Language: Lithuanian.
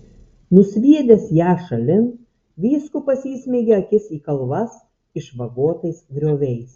nusviedęs ją šalin vyskupas įsmeigė akis į kalvas išvagotas grioviais